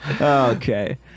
okay